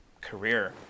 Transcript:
career